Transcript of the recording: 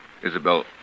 Isabel